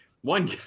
one